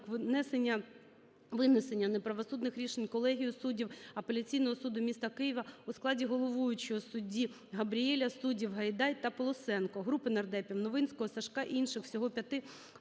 винесення неправосудних рішень колегією суддів Апеляційного суду міста Києва у складі головуючого судді Габрієля, суддів Гайдай та Полосенко. Групи нардепів (Новинського, Сажка і інших; всього 5-и)